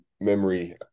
memory